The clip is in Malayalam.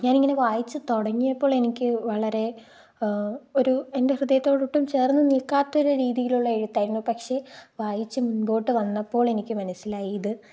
ഞാനിങ്ങനെ വായിച്ച് തുടങ്ങിയപ്പോൾ എനിക്ക് വളരെ ഒരു എൻറ്റെ ഹൃദയത്തോട് ഒട്ടും ചേർന്ന് നിൽക്കാത്തൊരു രീതിയിലുള്ള എഴുത്തായിരുന്നു പക്ഷേ വായിച്ച് മുൻമ്പോട്ട് വന്നപ്പോഴെനിക്ക് മനസ്സിലായി ഇത്